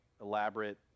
elaborate